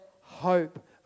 hope